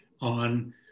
on